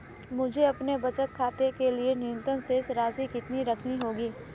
मुझे अपने बचत खाते के लिए न्यूनतम शेष राशि कितनी रखनी होगी?